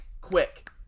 quick